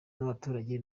n’abaturage